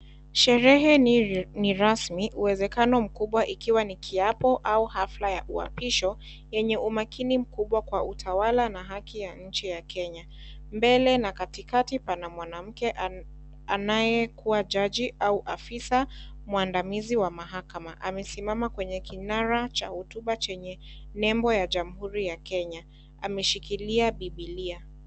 Sherehe ni rasmi uwezekano mkubwa ikiwa nikiapo au hafla ya uapisho, yenye umakini mkubwa kwa utawala na haki ya mchi ya Kenya. Mbele na katikati pana mwanamke anaye kuwa jaji au afisa mwandamizi wa mahakama, amisimama kwenye kinara cha hotuba chenye nembo ya jamhuri ya Kenya amishikilia biblia.